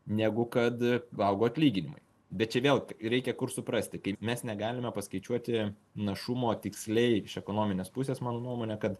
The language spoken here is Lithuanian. negu kad valgo atlyginimai bet čia vėl reikia suprasti kaip mes negalime paskaičiuoti našumo tiksliai iš ekonominės pusės mano nuomone kad